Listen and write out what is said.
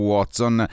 Watson